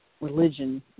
religion